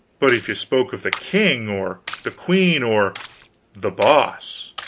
but if you spoke of the king or the queen or the boss,